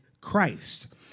Christ